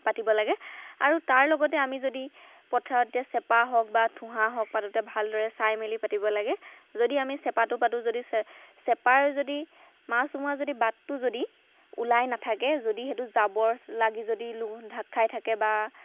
পাতিব লাগে আৰু তাৰ লগতে যদি আমি পথাৰত এতিয়া চেপা হওক ঠোহাঁ হওক পাতোঁতে ভালদৰে চাই মেলি পাতিব লাগে যদি আমি চেপাটো পাতোঁ যদি চে চেপাৰ যদি মাছ সোমোৱা যদি বাটটো যদি ওলাই নাথাকে যদি সেইটো জাবৰ লাগি লো যদি ঢাক খাই থাকে বা